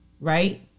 right